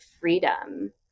freedom